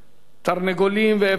תרנגולים ואפרוחים,